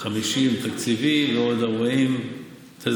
50 תקציבי ועוד 40 תזרימי.